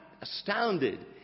astounded